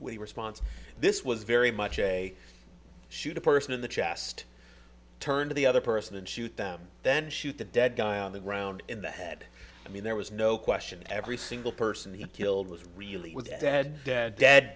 a response this was very much a shoot a person in the chest turned the other person and shoot them then shoot the dead guy on the ground in the head i mean there was no question every single person he killed was really with the dead